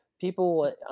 People